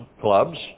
clubs